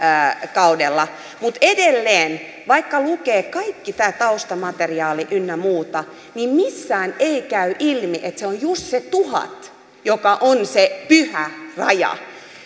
kaudella mutta edelleen vaikka lukee kaiken tämän taustamateriaalin ynnä muuta missään ei käy ilmi että se on juuri se tuhat joka on se pyhä raja